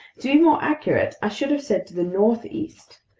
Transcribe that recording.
to be more accurate, i should have said to the northeast.